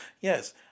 Yes